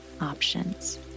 options